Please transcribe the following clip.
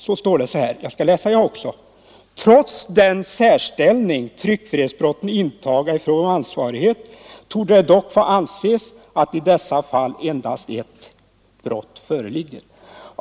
Jag skall läsa jag också. Det heter: ”Trots den särställning tryckfrihetsbrotten intaga i fråga om ansvarighet torde det dock få anses att i detta fall endast ett brott föreligger.